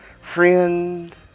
Friend